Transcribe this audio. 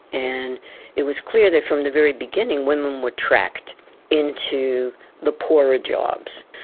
and it was clear there from the very beginning women were tracked into the poorer jobs.